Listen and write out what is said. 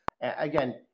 Again